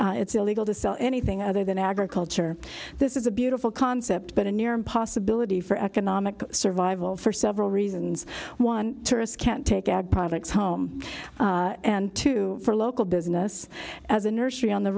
it's illegal to sell anything other than agriculture this is a beautiful concept but a near impossibility for economic survival for several reasons one tourists can't take ad products home and two for local business as a nursery on the